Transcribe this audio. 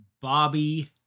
Bobby